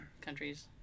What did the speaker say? countries